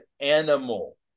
animal